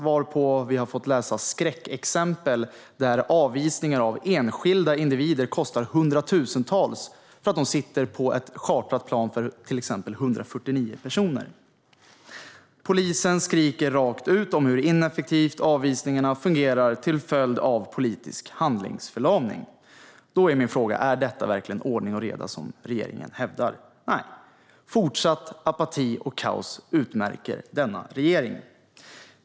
Därefter har vi fått läsa om skräckexempel, där avvisningar av enskilda individer kostar hundratusentals kronor för att de sitter på ett chartrat plan för till exempel 149 personer. Polisen skriker rakt ut om hur ineffektivt avvisningarna fungerar till följd av politisk handlingsförlamning. Är detta verkligen ordning och reda, som regeringen hävdar? Nej. Fortsatt apati och kaos utmärker denna regering.